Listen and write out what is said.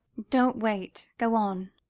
don't wait go on.